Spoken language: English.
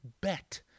bet